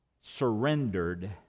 surrendered